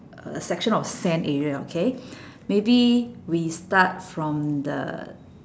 a section of sand area okay maybe we start from the